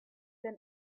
been